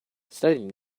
studying